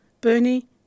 Bernie